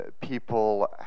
people